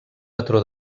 patró